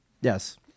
Yes